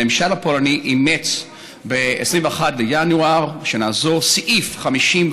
הממשל הפולני אימץ ב-26 בינואר שנה זו את סעיף 55 (א)